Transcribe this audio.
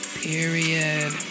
Period